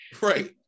right